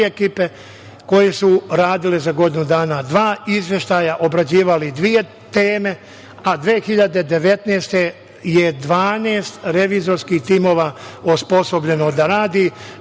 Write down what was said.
koji su radili za godinu dana dva izveštaja, obrađivali dve teme, a 2019. godine je 12 revizorskih timova osposobljeno da radi,